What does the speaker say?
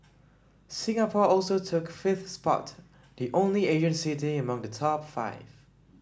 Singapore also took fifth spot the only Asian city among the top five